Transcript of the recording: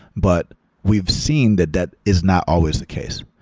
but we've seen that that is not always the case.